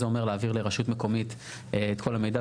אומר להעביר לרשות מקומית את כל המידע.